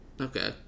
Okay